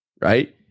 right